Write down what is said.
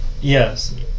yes